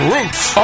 Roots